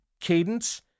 cadence